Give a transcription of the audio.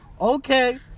Okay